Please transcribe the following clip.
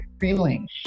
feeling